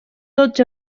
tots